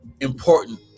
important